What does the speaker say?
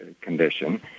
condition